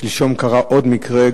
שלשום קרה עוד מקרה,